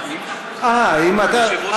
אני יושב-ראש הוועדה.